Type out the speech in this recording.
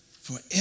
forever